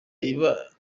iba